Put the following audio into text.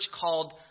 called